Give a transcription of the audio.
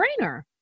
brainer